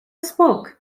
spoke